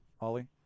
Ollie